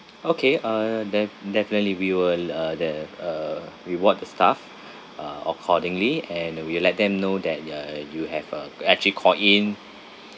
okay uh def~ definitely we will uh the uh reward the staff uh accordingly and we'll let them know that you are you have uh to actually called in